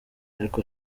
ariko